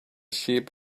sheep